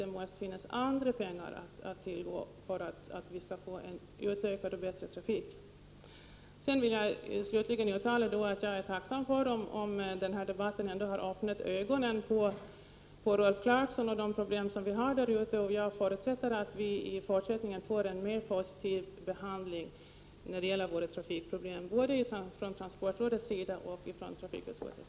Det måste finnas andra pengar att tillgå för att vi skall få en utökad och bättre trafik. Slutligen vill jag uttala att jag är tacksam för om den här debatten ändå har öppnat ögonen på Rolf Clarkson för de problem vi har på Gotland. Jag förutsätter att vi i fortsättningen får en mer positiv behandling av våra trafikproblem, både från transportrådets sida och från trafikutskottets.